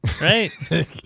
right